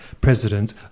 president